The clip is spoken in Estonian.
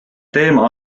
teema